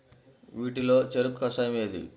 వీటిలో చెరకు కషాయం ఏది?